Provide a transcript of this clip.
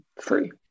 free